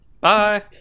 bye